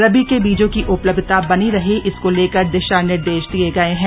रबि के बीजों की उपलब्धता बनी रहे इसको लेकर दिशा निर्देश दिये गये हैं